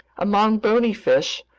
among bony fish,